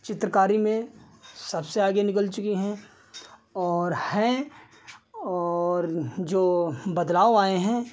चित्रकारी में सबसे आगे निकल चुकी हैं और हैं और जो बदलाव आए हैं